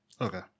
Okay